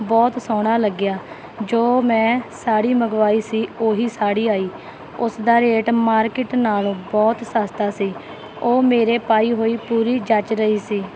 ਬਹੁਤ ਸੋਹਣਾ ਲੱਗਿਆ ਜੋ ਮੈਂ ਸਾੜੀ ਮੰਗਵਾਈ ਸੀ ਉਹੀ ਸਾੜੀ ਆਈ ਉਸ ਦਾ ਰੇਟ ਮਾਰਕਿਟ ਨਾਲੋਂ ਬਹੁਤ ਸਸਤਾ ਸੀ ਉਹ ਮੇਰੇ ਪਾਈ ਹੋਈ ਪੂਰੀ ਜੱਚ ਰਹੀ ਸੀ